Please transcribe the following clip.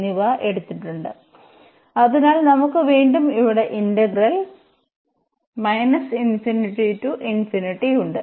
എന്നിവ എടുത്തിട്ടുണ്ട് അതിനാൽ നമുക്ക് വീണ്ടും ഇവിടെ ഇന്റഗ്രൽ ഉണ്ട്